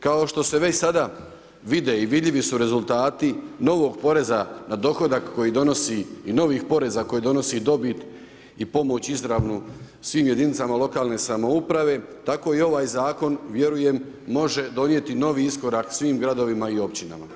Kao što se već sada vide i vidljivi su rezultati novog poreza na dohodak koji donosi i novih poreza koji donosi dobit i pomoć izravno svih jedinicama lokalne samouprave, tako i ovaj zakon, vjerujem, može donijeti novi iskorak svih članovima i općinama.